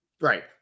Right